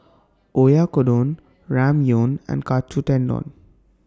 Oyakodon Ramyeon and Katsu Tendon